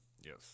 Yes